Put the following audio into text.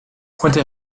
puente